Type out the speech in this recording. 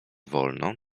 wolno